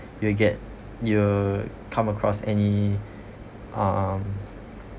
you'll get you'll come across any um